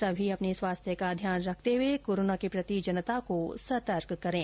सभी अपने स्वास्थ्य का ध्यान रखते हुए कोरोना के प्रति जनता को सतर्क करना है